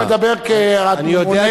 הוא מדבר רק כממונה,